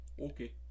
Okay